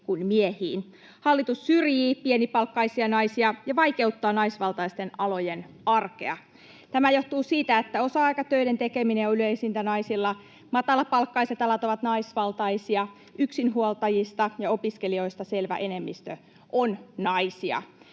kuin miehiin. Hallitus syrjii pienipalkkaisia naisia ja vaikeuttaa naisvaltaisten alojen arkea. Tämä johtuu siitä, että osa-aikatöiden tekeminen on yleisintä naisilla, matalapalkkaiset alat ovat naisvaltaisia, yksinhuoltajista ja opiskelijoista selvä enemmistö on naisia.